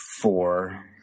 Four